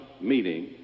meeting